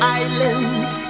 islands